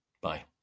Bye